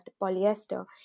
polyester